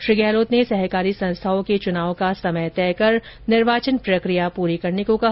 श्री गहलोत ने सहकारी संस्थाओं के चुनाव का समय तय कर निर्वाचन प्रकिया पूरी करने को कहा